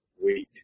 Wait